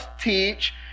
teach